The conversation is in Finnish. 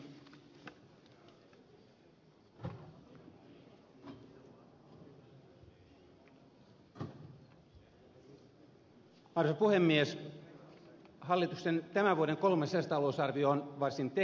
hallituksen tämän vuoden kolmas lisätalousarvio on varsin tekninen luonteeltaan